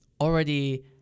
already